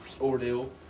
ordeal